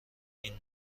این